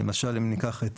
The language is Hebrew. אם ניקח,